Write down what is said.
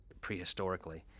prehistorically